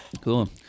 Cool